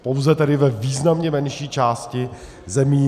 Pouze ve významné menší části zemí.